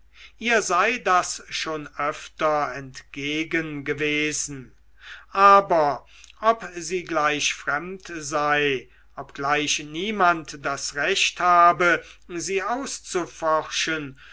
ihr sei das schon öfter entgegen gewesen aber ob sie gleich fremd sei obgleich niemand das recht habe sie auszuforschen